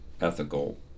ethical